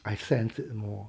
I sense it more